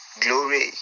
Glory